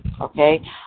Okay